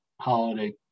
holiday